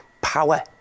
power